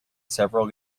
several